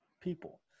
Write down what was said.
people